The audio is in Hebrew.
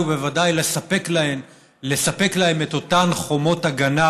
ובוודאי לספק להם את אותן חומות הגנה